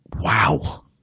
wow